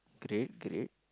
great great